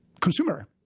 consumer